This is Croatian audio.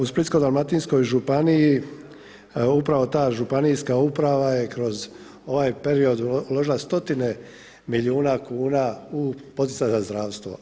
U Splitsko-dalmatinskoj županiji, upravo ta županijska uprava je kroz ovaj period uložila stotine milijuna kuna u poticanje za zdravstvo.